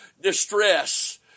distress